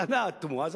טענה תמוהה.